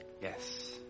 Yes